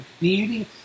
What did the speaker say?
beauty